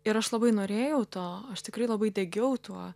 ir aš labai norėjau to aš tikrai labai degiau tuo